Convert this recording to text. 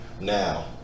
now